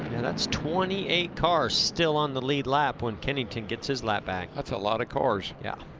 and that's twenty eight cars still on the lead lap when kenny can get his lap back. that's a lot of cars. yeah.